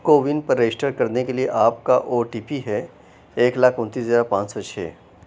CoWIN پر register کرنے کے لیے آپ کا او ٹی پی ہے ایک لاکھ انتیس ہزار پانچ سو چھ